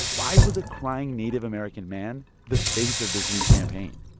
why was a crying native american man the face of this new campaign?